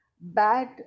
Bad